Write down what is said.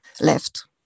left